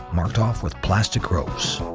marked off with plastic ropes.